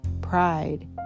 pride